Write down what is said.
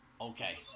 okay